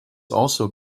also